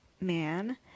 man